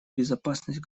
безопасность